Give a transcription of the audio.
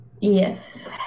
Yes